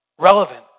Relevant